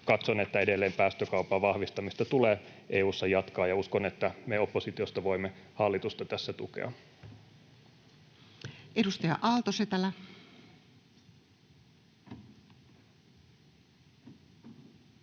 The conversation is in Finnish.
katson, että päästökaupan vahvistamista tulee EU:ssa edelleen jatkaa, ja uskon, että me oppositiosta voimme hallitusta tässä tukea. Edustaja Aalto-Setälä.